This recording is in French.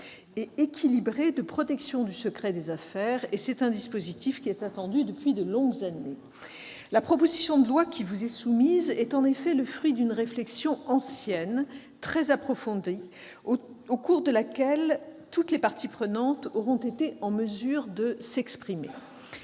et équilibré de protection du secret des affaires, attendu depuis de longues années. La proposition de loi qui vous est soumise est en effet le fruit d'une réflexion ancienne, très approfondie, au cours de laquelle toutes les parties prenantes auront été en mesure de s'exprimer. À